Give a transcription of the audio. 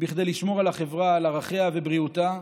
כדי לשמור על החברה, על ערכיה ובריאותה.